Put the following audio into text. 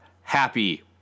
happy